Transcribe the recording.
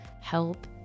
help